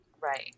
Right